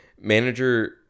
Manager